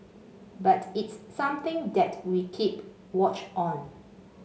but it's something that we keep watch on